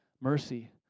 mercy